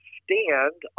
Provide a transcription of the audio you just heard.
stand